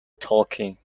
talking